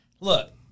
look